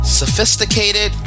sophisticated